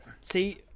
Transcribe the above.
see